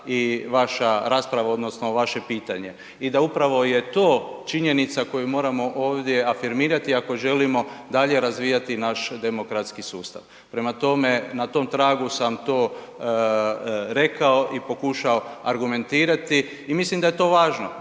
i vaša rasprava odnosno vaše pitanje i da upravo je to činjenica koju moramo ovdje afirmirati ako želimo dalje razvijati naš demokratski sustav. Prema tome, na tom tragu sam to rekao i pokušao argumentirati i mislim da je to važno,